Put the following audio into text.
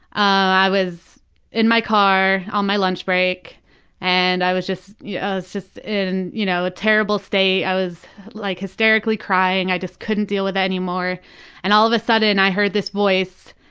i was in my car on my lunch break and i was just yeah was just in you know a terrible state, i was like hysterically crying, i couldn't deal with it anymore and all of a sudden and i heard this voice,